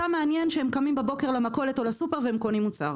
אותם מעניין שהם קמים בבוקר למכולת או לסופר והם קונים מוצר.